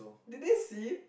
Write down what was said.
did they see